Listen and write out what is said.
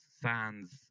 sands